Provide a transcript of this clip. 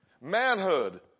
Manhood